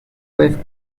wife